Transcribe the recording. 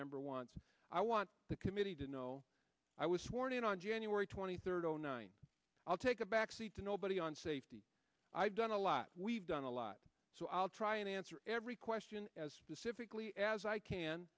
member wants i want the committee to know i was sworn in on january twenty third zero nine i'll take a back seat to nobody on safety i've done a lot we've done a lot so i'll try and answer every question as pacifically as i can